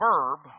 verb